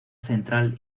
central